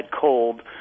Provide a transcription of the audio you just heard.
cold